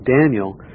Daniel